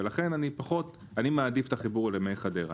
ולכן אני מעדיף את החיבור ל"מי חדרה".